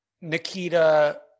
Nikita